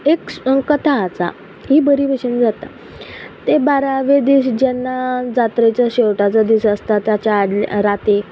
एक कथा आसा ही बरी भशेन जाता ते बारावे दीस जेन्ना जात्रेचो शेवटाचो दीस आसता ताच्या आदल्या रातीक